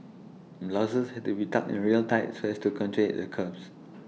blouses had to be tucked in real tight so as to accentuate their curves